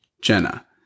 Jenna